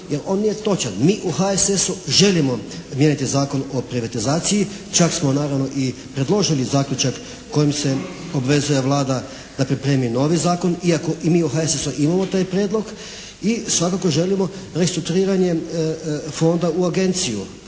jer on nije točan. Mi u HSS-u želimo mijenjati Zakon o privatizaciji čak smo i naravno predložili zaključak kojim se obvezuje Vlada da pripremi novi zakon iako mi u HSS-u imamo taj prijedlog i svakako želimo restrukturiranjem fonda u agenciju,